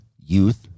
youth